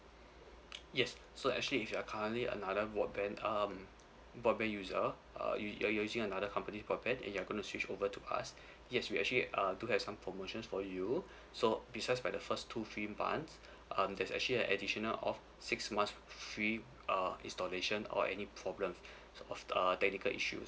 yes so actually if you are currently another broadband um broadband user uh you you're using another company broadband and you are gonna switch over to us yes we actually err do have some promotions for you so besides by the first two free months um there's actually an additional off six months free uh installation or any problem of uh technical issues